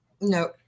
No